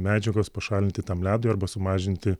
medžiagos pašalinti tam ledui arba sumažinti